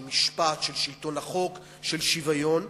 של משפט, של שלטון החוק, של שוויון,